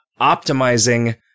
optimizing